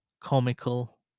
comical